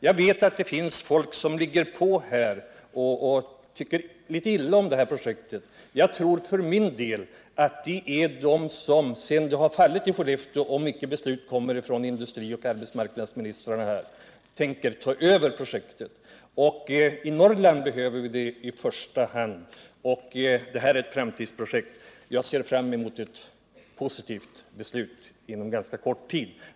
Jag vet att det finns folk som tycker mycket illa om projektet och som gör påtryckningar i ärendet. Jag tror för min del att de som gör detta är de som, om icke industrioch arbetsmarknadsministrarna här beslutar att projektet skall tillfalla Skellefteå, vill ta över detta. Projektet behövs i första hand i Norrland, och det är ett framtidsprojekt. Jag ser fram emot ett positivt beslut inom ganska kort tid.